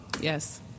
Yes